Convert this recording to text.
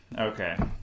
Okay